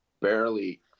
barely